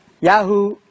Yahoo